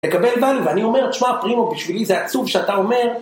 לקבל value, ואני אומר, תשמע, פרימו, בשבילי זה עצוב שאתה אומר...